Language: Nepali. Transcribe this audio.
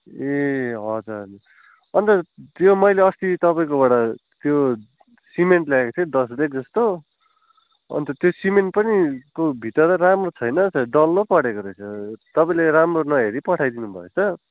ए हजुर अन्त त्यो मैले अस्ति तपाईँकोबाट त्यो सिमेन्ट ल्याएको थिएँ दस ब्याग जस्तो अन्त त्यो सिमेन्ट पनि भित्र त राम्रो छैन त डल्लो पो परेको रहेछ तपाईँले राम्रो नहेरी पठाइदिनु भएछ